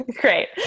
Great